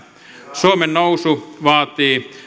suomen nousu vaatii